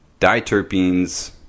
diterpenes